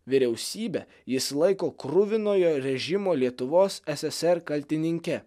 vyriausybę jis laiko kruvinojo režimo lietuvos ssr kaltininke